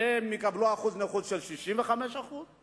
שיקבלו הכרה ב-65% נכות,